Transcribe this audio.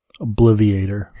Obliviator